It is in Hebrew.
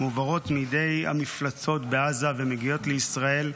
מועברות מידי המפלצות בעזה ומגיעות לישראל,